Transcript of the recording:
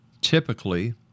typically